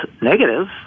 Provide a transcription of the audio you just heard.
negative